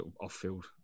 off-field